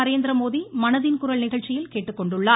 நரேந்திரமோடி மனதின் குரல் நிகழ்ச்சியில் கேட்டுக்கொண்டுள்ளார்